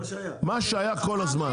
מה שהיה כל הזמן,